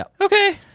Okay